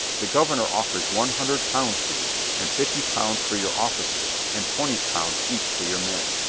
the governor offers one hundred pounds for you, and fifty pounds for your officers, and twenty pounds each for your men.